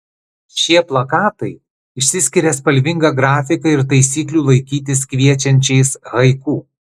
šie plakatai išsiskiria spalvinga grafika ir taisyklių laikytis kviečiančiais haiku